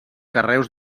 carreus